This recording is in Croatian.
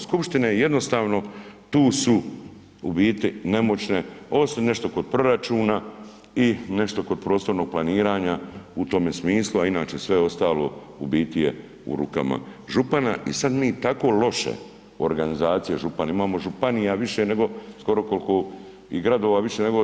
Skupštine jednostavno tu su u biti nemoćne, osim nešto kod proračuna i nešto kod prostornog planiranja u tome smislu, a inače sve ostalo u biti je u rukama župana i sad mi tako loše organizacija župana, imamo županija više nego skoro koliko i gradova, više nego SAD.